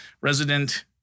resident